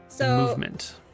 movement